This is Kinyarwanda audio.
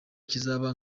kizaba